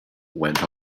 went